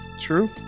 True